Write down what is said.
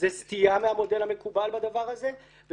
זו סטייה מהמודל המקובל בדבר הזה.